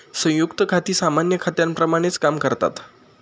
संयुक्त खाती सामान्य खात्यांप्रमाणेच काम करतात